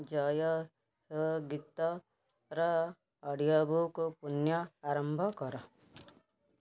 ଜୟ ହୋ ଗୀତର audio book ପୁନ୍ୟ ଆରମ୍ଭ କର